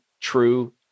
true